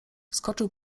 skoczył